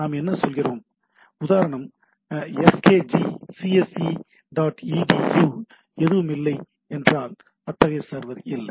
நாம் என்ன சொல்கிறோம் உதாரணம் டெல்நெட் ஸ்கேஜி சிஎஸ்ஈ டாட் ஈடீயூ எதுவுமில்லை இல்லை என்றால் அத்தகைய சர்வர் இல்லை